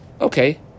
Okay